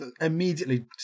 immediately